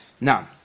Now